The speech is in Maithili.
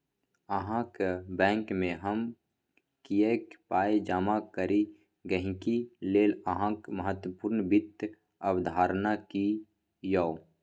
अहाँक बैंकमे हम किएक पाय जमा करी गहिंकी लेल अहाँक महत्वपूर्ण वित्त अवधारणा की यै?